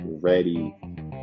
ready